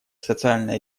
социальная